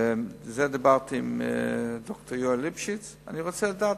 ועל זה דיברתי עם ד"ר יואל ליפשיץ: אני רוצה לדעת,